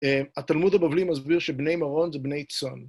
התלמוד הבבלי מסביר שבני מרון זה בני צאן.